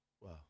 Wow